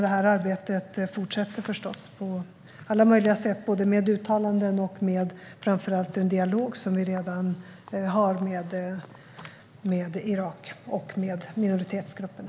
Detta arbete fortsätter förstås på alla möjliga sätt, både med uttalanden och med framför allt den dialog som vi redan har med Irak och minoritetsgrupperna.